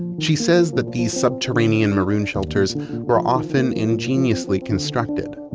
she says that these subterranean maroon shelters were often ingeniously constructed.